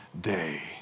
day